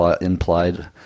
implied